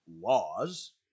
laws